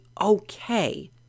okay